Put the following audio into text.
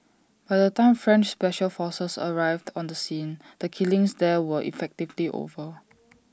by the time French special forces arrived on the scene the killings that there were effectively over